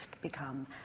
become